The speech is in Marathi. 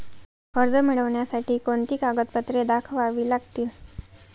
कर्ज मिळण्यासाठी कोणती कागदपत्रे दाखवावी लागतील?